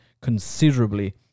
considerably